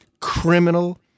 criminal